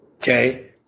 Okay